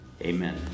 Amen